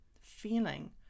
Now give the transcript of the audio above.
feeling